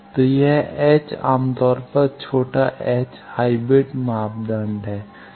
तो यह H आम तौर पर छोटा h हाइब्रिड मापदंड है